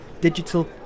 digital